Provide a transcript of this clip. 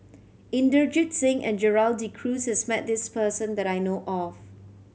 Inderjit Singh and Gerald De Cruz has met this person that I know of